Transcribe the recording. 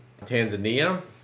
Tanzania